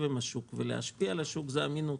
עם השוק ולהשפיע על השוק זה אמינות.